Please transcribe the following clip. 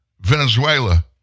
Venezuela